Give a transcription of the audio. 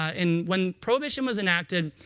and when prohibition was enacted,